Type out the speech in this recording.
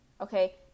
Okay